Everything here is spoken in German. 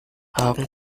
augen